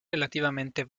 relativamente